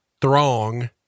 throng